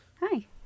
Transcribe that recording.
Hi